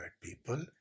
people